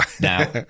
Now